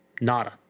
Nada